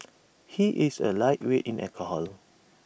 he is A lightweight in alcohol